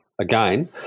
again